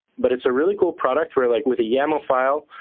but it's a really cool product where, like with a yaml file,